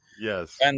Yes